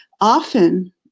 often